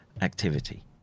activity